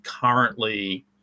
currently